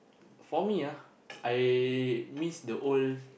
for me ah I miss the old